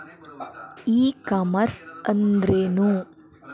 E commerce ಅಂದ್ರೇನು?